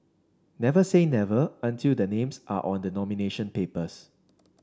never say never until the names are on the nomination papers